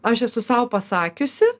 aš esu sau pasakiusi